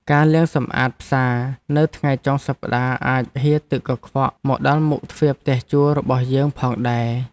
ការលាងសម្អាតផ្សារនៅថ្ងៃចុងសប្តាហ៍អាចហៀរទឹកកខ្វក់មកដល់មុខទ្វារផ្ទះជួលរបស់យើងផងដែរ។